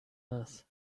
earth